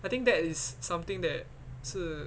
I think that is something that 是